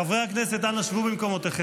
חברי הכנסת, אנא שבו במקומותיכם.